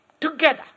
together